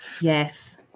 Yes